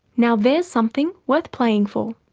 now, there's something worth playing for.